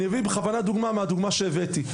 אני אביא בכוונה דוגמה מהדוגמה שהבאתי,